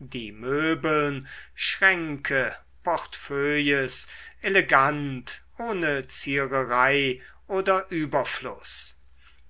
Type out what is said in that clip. die möbeln schränke portefeuilles elegant ohne ziererei oder überfluß